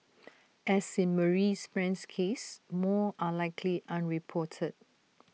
as in Marie's friend's case more are likely unreported